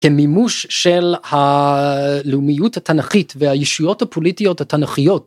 כמימוש של הלאומיות התנכית והישויות הפוליטיות התנכיות.